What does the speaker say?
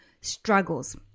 struggles